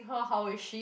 her how is she